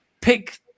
pick